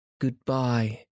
Goodbye